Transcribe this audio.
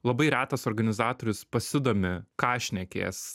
labai retas organizatorius pasidomi ką šnekės